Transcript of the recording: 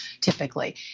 typically